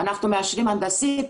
אנחנו מאשרים הנדסית,